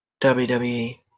WWE